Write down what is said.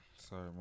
Sorry